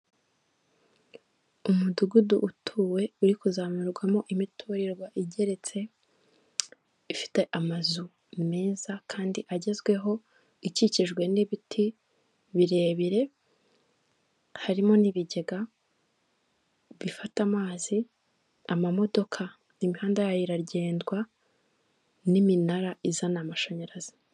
Hoteli zitandukanye zo mu Rwanda bakunze kubaka ibyo bakunze kwita amapisine mu rurimi rw'abanyamahanga aho ushobora kuba wahasohokera nabawe mukaba mwahagirira ibihe byiza murimo muroga mwishimisha .